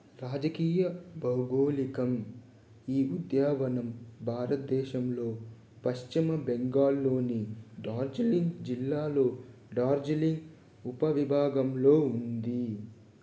రాజకీయ భౌగోళికం ఈ ఉద్యావనం భారతదేశంలో పశ్చిమ బెంగాల్లోని డార్జిలింగ్ జిల్లాలో డార్జిలింగ్ ఉపవిభాగంలో ఉంది